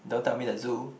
don't tell me the zoo